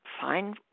fine